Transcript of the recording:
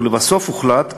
ובסוף הוחלט,